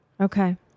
Okay